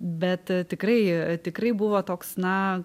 bet tikrai tikrai buvo toks na